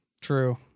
True